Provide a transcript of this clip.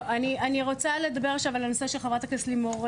אני רוצה לדבר עכשיו על הנושא של חברת הכנסת לימור,